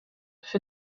für